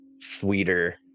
sweeter